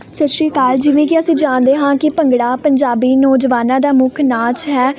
ਸਤਿ ਸ਼੍ਰੀ ਅਕਾਲ ਜਿਵੇਂ ਕਿ ਅਸੀਂ ਜਾਣਦੇ ਹਾਂ ਕਿ ਭੰਗੜਾ ਪੰਜਾਬੀ ਨੌਜਵਾਨਾਂ ਦਾ ਮੁੱਖ ਨਾਚ ਹੈ